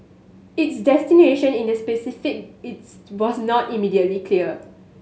its destination in the Pacific is was not immediately clear